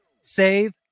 save